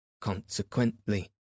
consequently